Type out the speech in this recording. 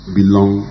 belong